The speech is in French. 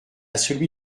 celui